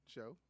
Show